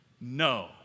No